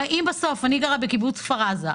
אני גרה בקיבוץ כפר עזה,